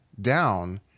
down